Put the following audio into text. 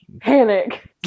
Panic